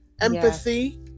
empathy